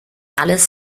alles